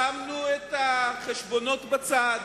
שמנו את החשבונות בצד,